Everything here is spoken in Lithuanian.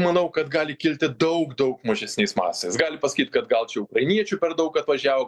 manau kad gali kilti daug daug mažesniais mastais gali pasakyt kad gal čia ukrainiečių per daug atvažiavo